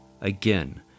Again